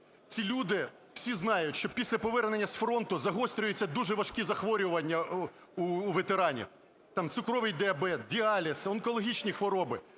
Ці люди, всі знають, що після повернення з фронту загострюються дуже важкі захворювання у ветеранів, там, цукровий діабет, діаліз, онкологічні хвороби.